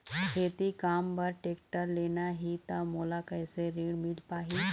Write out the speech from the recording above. खेती काम बर टेक्टर लेना ही त मोला कैसे ऋण मिल पाही?